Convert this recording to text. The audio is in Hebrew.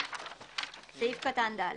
(ד)